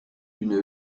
une